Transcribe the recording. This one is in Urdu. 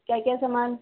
کیا کیا سامان